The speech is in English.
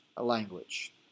language